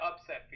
upset